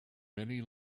many